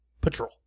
Patrol